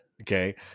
Okay